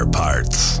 parts